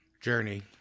journey